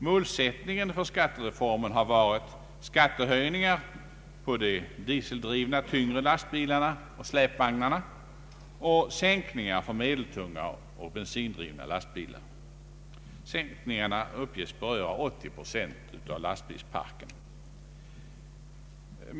Målsättningen för skattereformen har varit skattehöjningar för de dieseldrivna tyngre lastbilarna och släpvagnarna och sänkningar för medeltunga och bensindrivna lastbilar. Skattesänkningarna uppges beröra 80 procent av lastbilsparken.